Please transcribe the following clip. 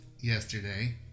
yesterday